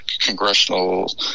congressional